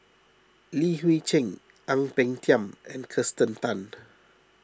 Li Hui Cheng Ang Peng Tiam and Kirsten Tan